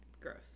Gross